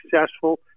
successful